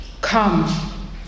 Come